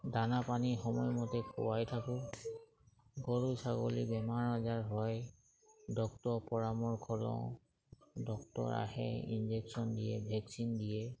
দানা পানী সময়মতে খোৱাই থাকোঁ গৰু ছাগলী বেমাৰ আজাৰ হয় ডক্তৰৰ পৰামৰ্শ লওঁ ডক্তৰ আহে ইনজেকশ্যন দিয়ে ভেকচিন দিয়ে